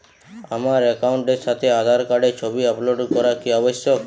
আমার অ্যাকাউন্টের সাথে আধার কার্ডের ছবি আপলোড করা কি আবশ্যিক?